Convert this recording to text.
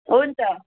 हुन्छ